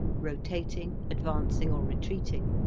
rotating, advancing or retreating,